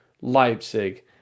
Leipzig